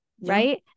right